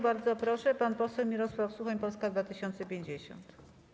Bardzo proszę, pan poseł Mirosław Suchoń, Polska 2050.